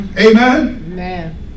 Amen